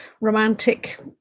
romantic